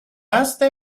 asta